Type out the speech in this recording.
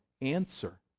answer